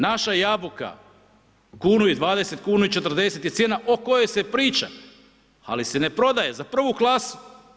Naša jabuka kuni i 20, kunu i 40 je cijena o kojoj se priča ali se ne prodaje, za prvu klasu.